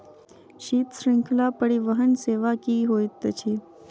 शीत श्रृंखला परिवहन सेवा की होइत अछि?